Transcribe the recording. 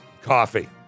Coffee